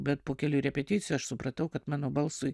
bet po kelių repeticijų aš supratau kad mano balsui